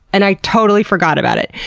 and i totally forgot about it.